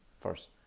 first